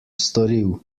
storil